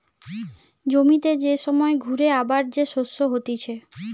জমিতে যে সময় ঘুরে আবার যে শস্য হতিছে